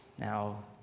Now